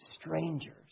strangers